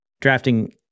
drafting